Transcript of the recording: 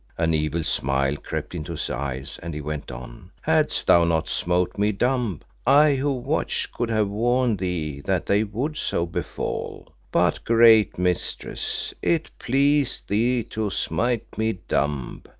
an evil smile crept into his eyes and he went on hadst thou not smote me dumb, i who watched could have warned thee that they would so befall but, great mistress, it pleased thee to smite me dumb.